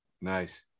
Nice